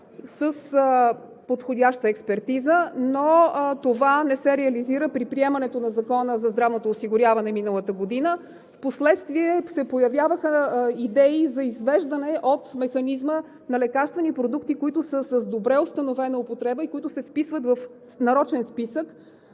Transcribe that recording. с подходяща експертиза, но това не се реализира при приемането на Закона за здравното осигуряване миналата година. Впоследствие се появяваха идеи за извеждане от механизма на лекарствени продукти, които са с добре установена употреба и които се вписват в нарочен списък.